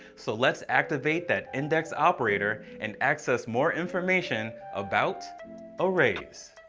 so let's activate that index operator and access more information about arrays.